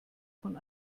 von